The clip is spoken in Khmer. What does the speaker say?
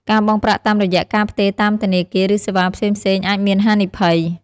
ការបង់ប្រាក់តាមរយៈការផ្ទេរតាមធនាគារ ឬសេវាផ្សេងៗអាចមានហានិភ័យ។